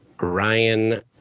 ryan